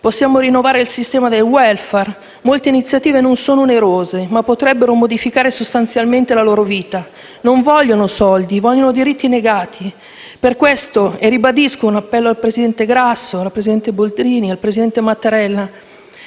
Possiamo rinnovare il sistema del *welfare*. Molte iniziative non sono onerose, ma potrebbero modificare sostanzialmente la vita di queste persone. Non vogliono soldi, vogliono diritti finora negati. Per questo ribadisco il mio appello al presidente Grasso, alla presidente Boldrini e al presidente Mattarella,